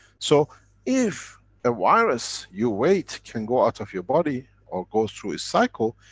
so if a virus, you wait, can go out of your body or goes through it's cycle,